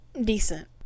decent